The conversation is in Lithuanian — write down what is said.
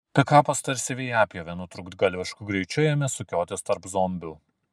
pikapas tarsi vejapjovė nutrūktgalvišku greičiu ėmė sukiotis tarp zombių